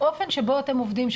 האופן שבו אתם עובדים,